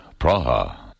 Praha